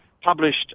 published